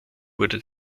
wurde